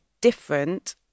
different